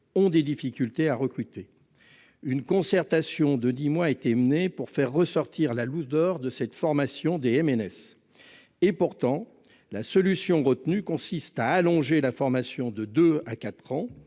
ont des difficultés à recruter. Une concertation de dix mois a été menée pour faire ressortir la lourdeur de cette formation des MNS. Pourtant, la solution retenue consiste à allonger la formation de deux à